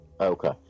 okay